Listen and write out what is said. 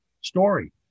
story